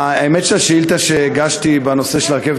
האמת היא שהשאילתה שהגשתי בנושא הרכבת